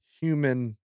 human